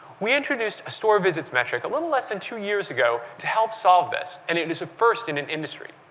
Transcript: we introduced a store visits metric a little less than two years ago to help solve this, and it is a first in an industry.